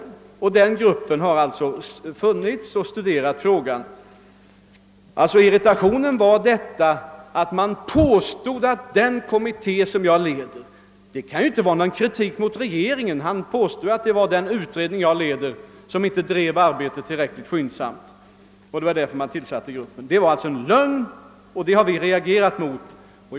Den gruppen har alltså funnits och studerat frågan. Irritationen var alltså föranledd av att man påstod att den kommitté som jag leder — det kan ju inte vara någon kritik mot regeringen — inte bedriver arbetet tillräckligt skyndsamt och att detta var anledningen till att arbetsgruppen hade tillsatts. Det var alltså en lögn, och det är det som jag har reagerat mot.